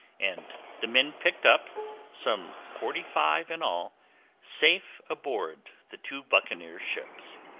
and the men picked up some forty-five in all safe aboard the two buccaneer ships.